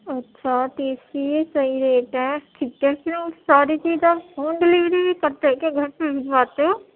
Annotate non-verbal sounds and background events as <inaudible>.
اچھا تیس کی یہ صحیح ریٹ ہیں <unintelligible> ساری چیز آپ ہوم ڈیلیوری بھی کرتے ہیں کیا گھر پہ بھجواتے ہو